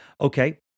Okay